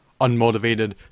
unmotivated